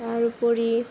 তাৰ উপৰি